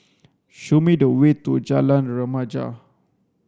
show me the way to Jalan Remaja